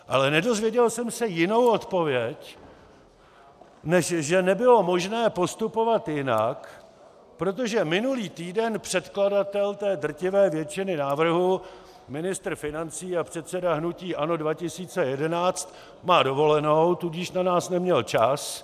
Ale nedozvěděl jsem se jinou odpověď, než že nebylo možné postupovat jinak, protože minulý týden předkladatel té drtivé většiny návrhů, ministr financí a předseda hnutí ANO 2011, má dovolenou, tudíž na nás neměl čas.